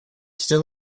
still